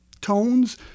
tones